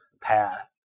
path